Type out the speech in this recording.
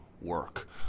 work